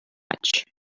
much